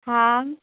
હા